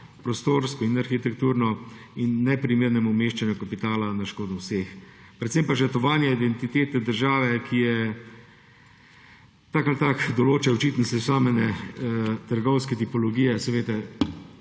prostorsko in arhitekturno ter neprimernega umeščanja kapitala na škodo vseh. Predvsem pa žrtvovanje identitete države, kjer se tako ali tako določa očitno samo trgovske tipologije. Saj veste,